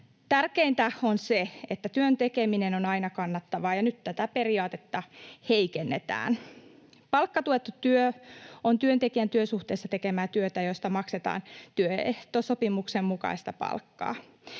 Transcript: Tärkeintä on se, että työn tekeminen on aina kannattavaa, ja nyt tätä periaatetta heikennetään. Palkkatuettu työ on työntekijän työsuhteessa tekemää työtä, josta maksetaan työehtosopimuksen mukaista palkkaa.